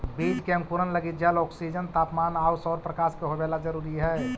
बीज के अंकुरण लगी जल, ऑक्सीजन, तापमान आउ सौरप्रकाश के होवेला जरूरी हइ